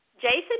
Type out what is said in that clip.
Jason